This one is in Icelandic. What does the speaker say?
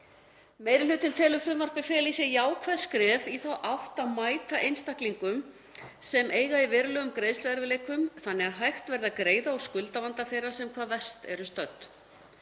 Meiri hlutinn telur frumvarpið fela í sér jákvæð skref í þá átt að mæta einstaklingum sem eiga í verulegum greiðsluerfiðleikum þannig að hægt verði að greiða úr skuldavanda þeirra sem hvað verst eru stödd.